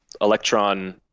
electron